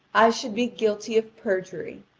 i should be guilty of perjury.